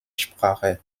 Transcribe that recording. sprache